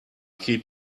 keep